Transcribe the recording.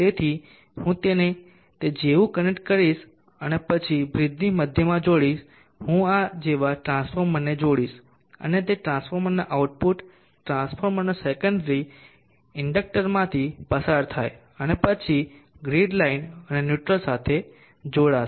તેથી હું તેને તે જેવું કનેક્ટ કરીશ અને પછી બ્રિજની મધ્યમાં જોડીશ હું આ જેવા ટ્રાન્સફોર્મરને જોડીશ અને તે ટ્રાન્સફોર્મરના આઉટપુટ ટ્રાન્સફોર્મરનો સેકન્ડરી ઇન્ડેક્ટરમાંથી પસાર થાય છે અને પછી ગ્રીડની લાઇન અને ન્યુટ્રલ સાથે જોડાશે